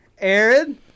Aaron